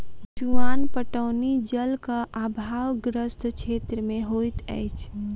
चुआन पटौनी जलक आभावग्रस्त क्षेत्र मे होइत अछि